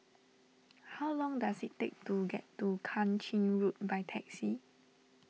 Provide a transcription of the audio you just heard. how long does it take to get to Kang Ching Road by taxi